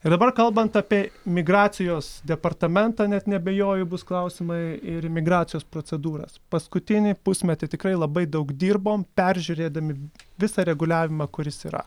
ir dabar kalbant apie migracijos departamentą net neabejoju bus klausimai ir imigracijos procedūras paskutinį pusmetį tikrai labai daug dirbom peržiūrėdami visą reguliavimą kuris yra